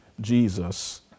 Jesus